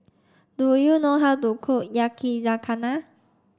do you know how to cook Yakizakana